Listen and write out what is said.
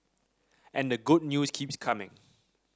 and the good news keeps coming